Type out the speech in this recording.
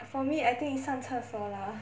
for me I think is 上厕所 lah